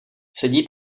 sedí